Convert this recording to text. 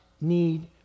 need